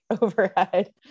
overhead